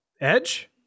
Edge